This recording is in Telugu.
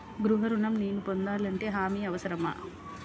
గృహ ఋణం నేను పొందాలంటే హామీ అవసరమా?